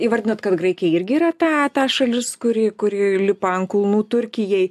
įvardinot kad graikija irgi yra ta ta šalis kuri kuri lipa ant kulnų turkijai